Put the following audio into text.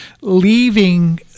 leaving